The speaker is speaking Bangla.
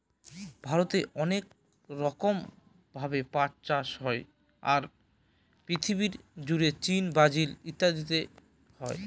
ভারতে অনেক রকম ভাবে পাট চাষ হয়, আর পৃথিবী জুড়ে চীন, ব্রাজিল ইত্যাদিতে হয়